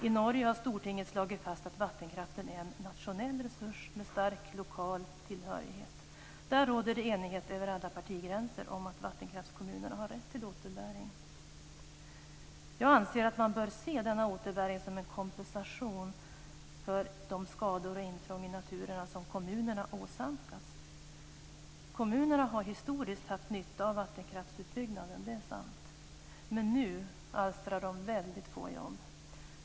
I Norge har Stortinget slagit fast att vattenkraften är en nationell resurs med stark lokal tillhörighet. Där råder det enighet över alla partigränser om att vattenkraftskommunerna har rätt till återbäring. Jag anser att man bör se denna återbäring som en kompensation för de skador och det intrång i naturen som kommunerna åsamkats. Kommunerna har historiskt haft nytta av vattenkraftsutbyggnaden. Det är sant. Men nu alstrar vattenkraften mycket få jobb.